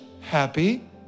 happy